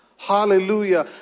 Hallelujah